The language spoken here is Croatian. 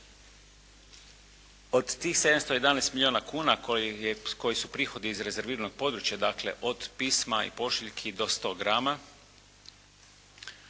Od tih 711 milijuna kuna koji su prihodi iz rezerviranog područja dakle, od pisma i pošiljki do 100 grama,